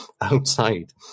outside